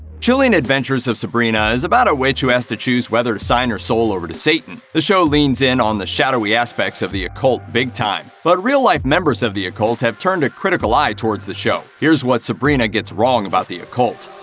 chilling adventures of sabrina is about a witch who has to choose whether to sign her soul over to satan. the show leans in on the shadowy aspects of the occult big time. but real-life members of the occult have turned a critical eye towards the show. here's what sabrina gets wrong about the occult.